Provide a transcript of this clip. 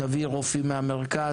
תביא רופאים מהמרכז,